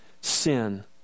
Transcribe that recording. sin